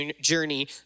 journey